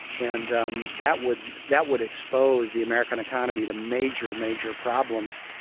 and um that would that would expose the american economy to major, major problems,